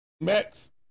Max